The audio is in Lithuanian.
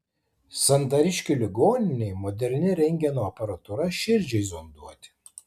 santariškių ligoninei moderni rentgeno aparatūra širdžiai zonduoti